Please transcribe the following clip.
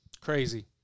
Crazy